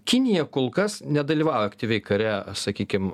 kinija kol kas nedalyvauja aktyviai kare sakykim